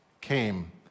came